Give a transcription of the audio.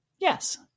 Yes